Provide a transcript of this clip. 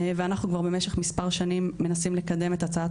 ואנחנו כבר במשך מספר שנים מנסים לקדם את הצעת